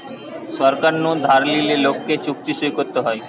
সরকার নু ধার লিলে লোককে চুক্তি সই করতে হয়